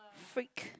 freak